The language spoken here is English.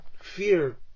Fear